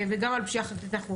וגם על פשיעה חקלאית אנחנו עובדים.